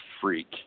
freak